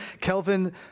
Kelvin